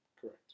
Correct